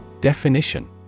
Definition